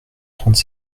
trente